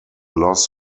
loss